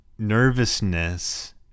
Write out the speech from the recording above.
nervousness